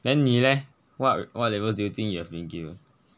then 你 leh what what labels do you think you have been given